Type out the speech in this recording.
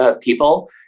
people